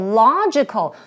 logical